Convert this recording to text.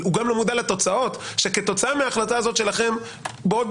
הוא גם לא מודע לתוצאות שכתוצאה מהחלטה כזאת שלכם בעוד